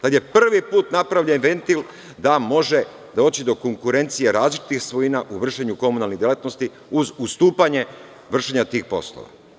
Tada je prvi put napravljen ventil da može doći do konkurencije različitih svojina u vršenju komunalnih delatnosti uz ustupanje vršenja tih poslova.